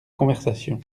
conversations